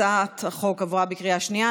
הצעת החוק עברה בקריאה שנייה.